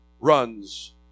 Runs